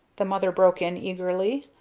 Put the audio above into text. the mother broke in eagerly.